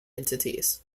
entities